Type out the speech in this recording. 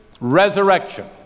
resurrection